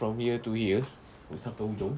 from here to here sampai hujung